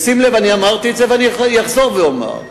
ואני אמרתי את זה ואני אחזור ואומר: